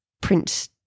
Print